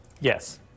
Yes